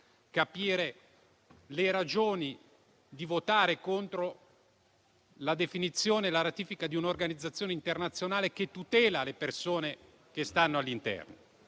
capire le ragioni di votare contro la definizione e la ratifica di un'organizzazione internazionale che tutela le persone che stanno all'interno.